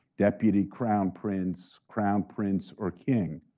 deputy crown prince, crown prince, or king?